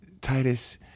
Titus